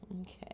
Okay